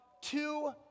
two